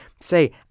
Say